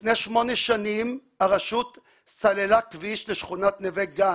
לפני שמונה שנים, הרשות סללה כביש לשכונת נווה גן.